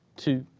two,